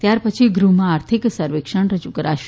ત્યારપછી ગૃહ્માં આર્થિક સર્વેક્ષણ રજુ કરાશે